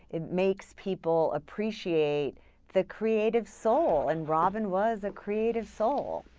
it makes people appreciate the creative soul. and robin was a creative soul.